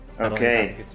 Okay